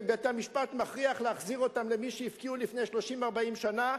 ובית-המשפט מכריח להחזיר אותם למי שהפקיעו אותם מהם לפני 30 40 שנה,